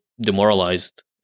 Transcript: demoralized